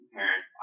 parents